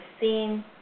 seen